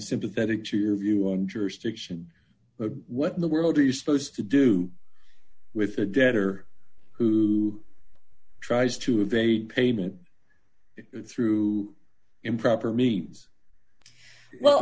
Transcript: sympathetic to your view on jurisdiction what in the world are you supposed to do with a debtor who tries to evade payment through improper means well